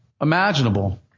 Imaginable